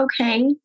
okay